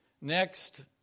Next